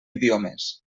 idiomes